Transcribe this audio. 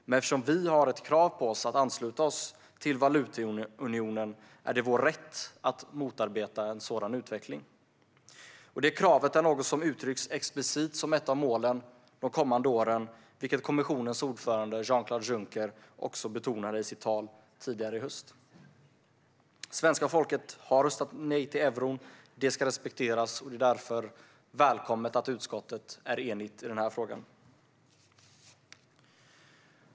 Men eftersom vi har ett krav på att ansluta oss till valutaunionen är det vår rätt att motarbeta en sådan utveckling. Det kravet är något som uttrycks explicit som ett av målen de kommande åren, vilket kommissionens ordförande Jean-Claude Juncker betonade i sitt tal tidigare i höst. Svenska folket har röstat nej till euron. Det ska respekteras, och det är därför välkommet att utskottet är enigt i denna fråga.